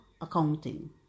accounting